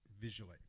visually